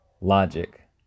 logic